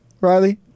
Riley